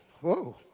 whoa